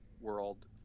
world